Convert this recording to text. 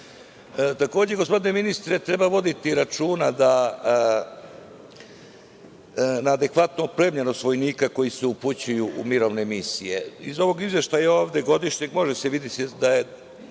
kolege. Gospodine ministre, takođe treba voditi računa na adekvatnu opremljenost vojnika koji se upućuju u mirovne misije. Iz ovog izveštaja ovde godišnjeg može se videti da se